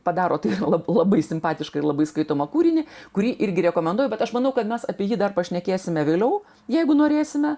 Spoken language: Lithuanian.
padaro tai lab labai simpatišką ir labai skaitomą kūrinį kurį irgi rekomenduoju bet aš manau kad mes apie jį dar pašnekėsime vėliau jeigu norėsime